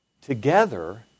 together